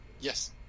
Yes